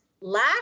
lack